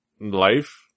life